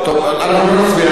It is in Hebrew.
אנחנו לא נצביע על זה,